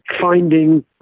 finding